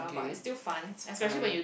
okay it's fine